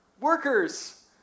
workers